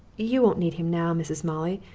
you won't need him now, mrs. molly,